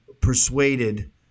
persuaded